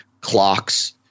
clocks –